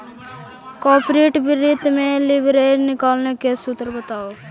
corporate वित्त में leverage निकाले के सूत्र बताओ